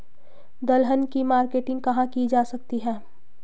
दलहन की मार्केटिंग कहाँ की जा सकती है?